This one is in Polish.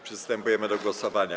Przystępujemy do głosowania.